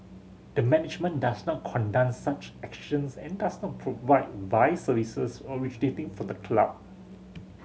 the management does not condone such actions and does not provide vice services originating from the club